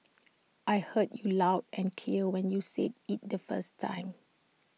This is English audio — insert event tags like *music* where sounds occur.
*noise* I heard you loud and clear when you said IT the first time